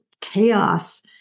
chaos